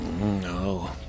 No